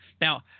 Now